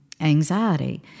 anxiety